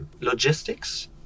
logistics